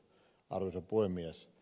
arvoisa puhemies